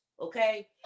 okay